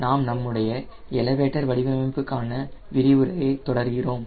நாம் நம்முடைய எலவேட்டர் வடிவமைப்புக்கான விரிவுரையை தொடர்கிறோம்